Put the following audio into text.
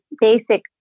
basic